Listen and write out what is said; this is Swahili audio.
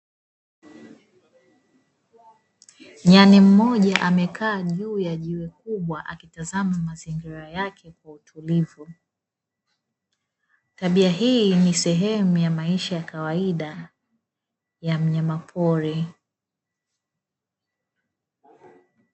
Nyani mmoja amekaa kuu ya jiwe kubwa, akitazama mazingira yake kwa utulivu tabia hii ni sehemu ya maisha ya kawaida ya mnyama pori.